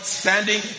standing